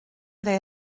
they